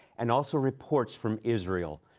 and also reports from israel.